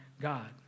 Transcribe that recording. God